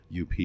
UP